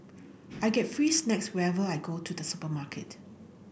I get free snacks whenever I go to the supermarket